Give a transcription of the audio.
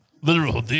literal